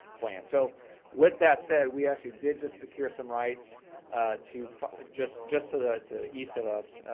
plan. so with that said, we actually did just secure some rights to just just to the east of us,